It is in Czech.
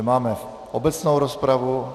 Máme obecnou rozpravu.